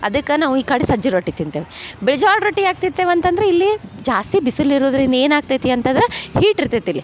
ಅದಕ್ಕೆ ನಾವು ಈ ಕಡೆ ಸಜ್ಜಿ ರೊಟ್ಟಿ ತಿಂತೇವೆ ಬಿಳ್ ಜ್ವಾಳ ರೊಟ್ಟಿ ಯಾಕೆ ತಿಂತೇವೆ ಅಂತಂದ್ರ ಇಲ್ಲಿ ಜಾಸ್ತಿ ಬಿಸಿಲು ಇರುದ್ರಿಂದ ಏನು ಆಗ್ತೈತಿ ಅಂತಂದ್ರ ಹೀಟ್ ಇರ್ತೈತಿ ಇಲ್ಲಿ